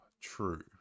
True